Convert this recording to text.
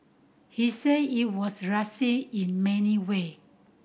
he said it was racist in many way